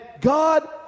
God